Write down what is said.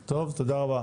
טוב, תודה רבה.